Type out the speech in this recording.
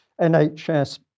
NHS